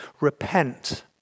repent